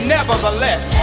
Nevertheless